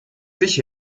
sich